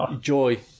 joy